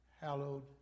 hallowed